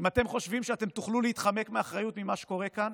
אם אתם חושבים שאתם תוכלו להתחמק מאחריות ממה שקורה כאן,